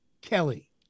Kelly